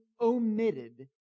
omitted